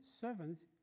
servants